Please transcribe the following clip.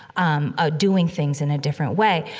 um ah, doing things in a different way.